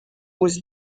was